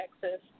Texas